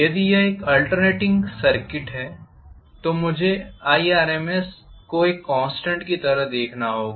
यदि यह एक आल्टर्नेटिंग करंट सर्किट है तो मुझे irms को एक कॉन्स्टेंट की तरह देखना होगा